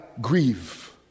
grieve